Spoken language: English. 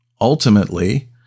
ultimately